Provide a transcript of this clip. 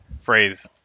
phrase